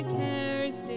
cares